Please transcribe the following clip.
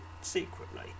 secretly